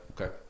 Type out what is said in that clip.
Okay